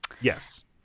Yes